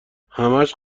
همش